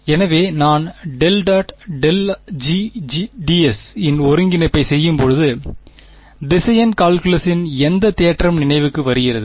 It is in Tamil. எனவே நான் ∇·∇ G ds இன் ஒருங்கிணைப்பைச் செய்யும்போது திசையன் கால்குலஸின் எந்த தேற்றம் நினைவுக்கு வருகிறது